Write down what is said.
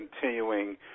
continuing